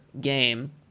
game